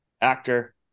actor